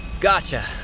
Gotcha